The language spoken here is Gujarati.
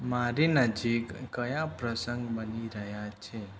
મારી નજીક કયા પ્રસંગ બની રહ્યા છે